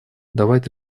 давать